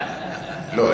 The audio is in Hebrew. לא.